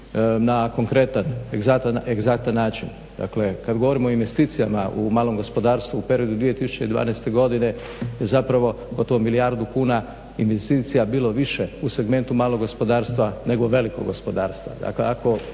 na konkretan, egzaktan način. Dakle, kad govorimo o investicijama u malom gospodarstvu u periodu 2012. godine je zapravo gotovo milijardu kuna investicija bilo više u segmentu malog gospodarstva, nego velikog gospodarstva.